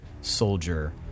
soldier